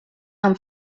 han